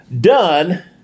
done